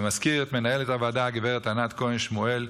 אני מזכיר את מנהלת הוועדה הגב' ענת כהן שמואל.